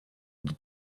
the